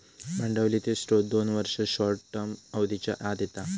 भांडवलीचे स्त्रोत दोन वर्ष, शॉर्ट टर्म अवधीच्या आत येता